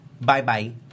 Bye-bye